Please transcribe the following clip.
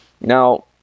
now